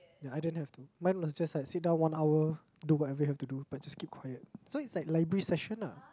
ya I don't have to mine was just like sit down one hour do whatever you have to do but just keep quiet so it's like library session lah